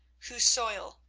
whose soil,